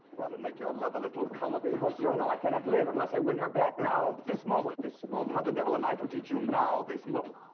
what, and make your love a little comedy? oh cyrano, i cannot live unless i win her back now! this moment! this moment? how the devil am i to teach you and now, this mo.